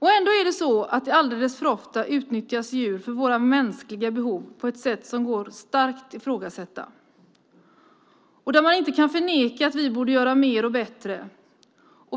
Ändå utnyttjas djur alldeles för ofta för våra mänskliga behov på ett sätt som starkt går att ifrågasätta. Man kan inte förneka att vi borde göra mer och bättre.